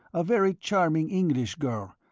a very charming english girl,